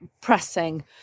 pressing